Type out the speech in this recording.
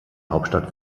hauptstadt